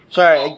Sorry